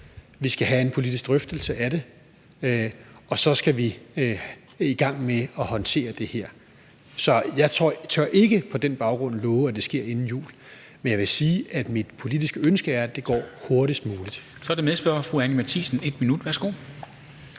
Vi skal have en politisk drøftelse af det, og så skal vi i gang med at håndtere det her. Så jeg tør ikke på den baggrund love, at det sker inden jul, men jeg vil sige, at mit politiske ønske er, at det sker hurtigst muligt. Kl. 13:58 Formanden (Henrik Dam Kristensen):